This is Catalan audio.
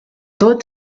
tot